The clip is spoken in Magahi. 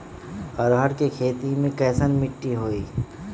अरहर के खेती मे कैसन मिट्टी होइ?